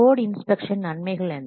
code inspection நன்மைகள் என்ன